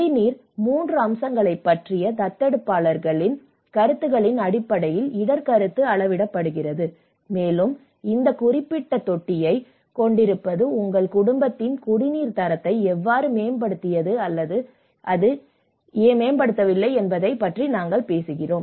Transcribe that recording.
குடிநீரின் 3 அம்சங்களைப் பற்றிய தத்தெடுப்பாளர்களின் கருத்துக்களின் அடிப்படையில் இடர் கருத்து அளவிடப்படுகிறது மேலும் இந்த குறிப்பிட்ட தொட்டியைக் கொண்டிருப்பது உங்கள் குடும்பத்தின் குடிநீர் தரத்தை எவ்வாறு மேம்படுத்தியது அல்லது அது இல்லை என்பதைப் பற்றி நாங்கள் பேசுகிறோம்